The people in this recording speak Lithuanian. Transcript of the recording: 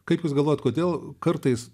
kaip jūs galvojat kodėl kartais